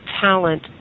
talent